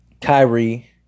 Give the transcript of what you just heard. Kyrie